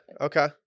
okay